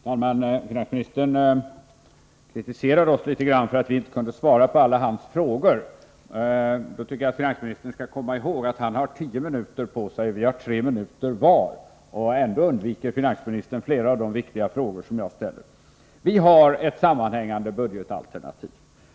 Fru talman! Finansministern kritiserade oss för att vi inte kunde svara på alla hans frågor. Då tycker jag att finansministern skall komma ihåg att han har tio minuters repliktid medan vi har tre minuter vardera. Ändå undviker finansministern flera av de viktiga frågor som jag har ställt. Vi i folkpartiet har ett sammanhängande budgetalternativ.